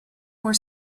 were